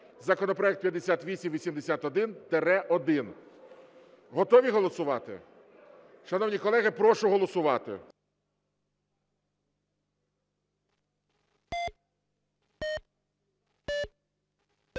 (законопроект 5881-1). Готові голосувати? Шановні колеги, прошу голосувати.